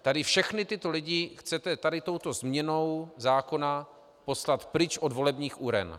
Tady všechny tyto lidi chcete touto změnou zákona poslat pryč od volebních uren.